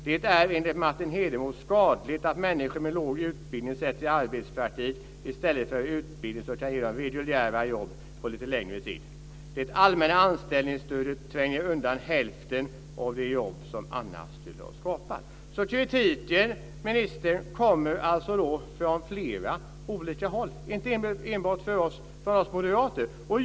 Det är, enligt Martin Hedenmo, skadligt att människor med låg utbildning sätts i arbetspraktik i stället för i utbildning som kan ge dem reguljära jobb på lite längre sikt. Det allmänna anställningsstödet tränger undan hälften av de jobb som annars skulle ha skapats. Kritiken kommer alltså från flera olika håll, ministern. Den kommer inte enbart från oss moderater.